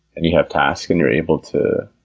and you have tasks, and you're able to